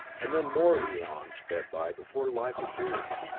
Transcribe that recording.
and then more eons sped by before life appeared.